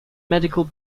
medical